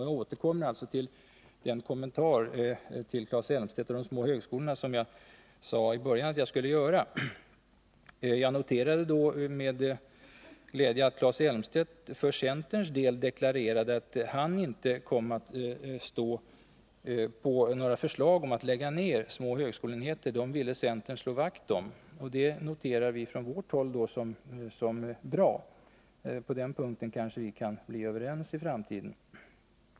Jag återkommer här till den kommentar till Claes Elmstedt beträffande de små högskolorna som jag i början sade att jag skulle göra. Jag noterade med glädje att Claes Elmstedt för centerns del deklarerade att han inte står för några förslag om att lägga ned små högskoleenheter — dem ville centern slå vakt om. Det noterar vi från vårt håll som något bra. På den punkten kanske vi kan bli överens i framtiden.